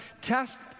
Test